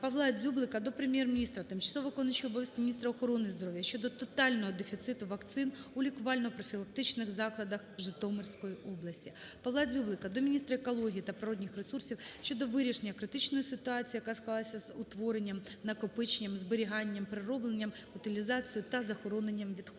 ПавлаДзюблика до Прем'єр-міністра, тимчасово виконуючої обов'язки міністра охорони здоров'я щодо тотального дефіциту вакцин у лікувально-профілактичних закладах Житомирської області. ПавлаДзюблика до міністра екології та природних ресурсів щодо вирішення критичної ситуації, яка склалася з утворенням, накопиченням, зберіганням, переробленням, утилізацією та захороненням відходів.